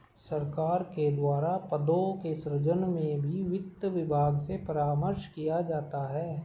सरकार के द्वारा पदों के सृजन में भी वित्त विभाग से परामर्श किया जाता है